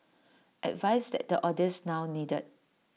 advice that the audience now needed